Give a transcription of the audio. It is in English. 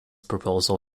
proposal